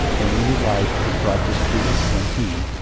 a new life is brought to scrooge when he,